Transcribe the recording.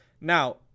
Now